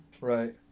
Right